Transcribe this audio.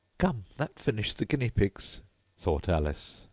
come, that finished the guinea-pigs thought alice.